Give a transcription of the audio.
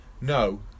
No